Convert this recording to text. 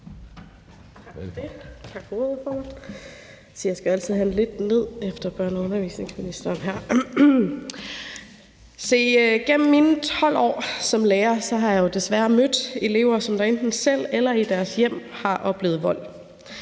Gennem mine 12 år som lærer har jeg desværre mødt elever, som enten selv har oplevet vold,